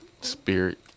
Spirit